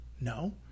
no